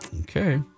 Okay